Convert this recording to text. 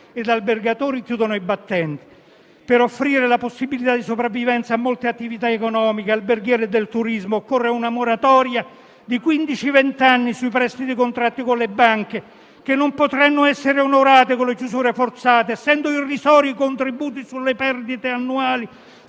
gli albergatori chiudono i battenti. Per offrire la possibilità di sopravvivenza a molte attività economiche, alberghiere e del turismo occorre una moratoria di quindici o vent'anni sui prestiti contratti con le banche, che non potranno essere onorati con le chiusure forzate, essendo irrisori i contributi sulle perdite annuali